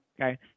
Okay